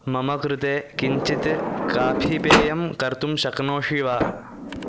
मम कृते किञ्चित् काफीपेयं कर्तुं शक्नोषि वा